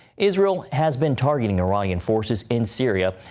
israel has been targeting iranian forces in syria.